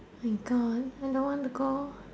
my god I don't want to go